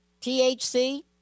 THC